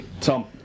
Tom